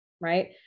right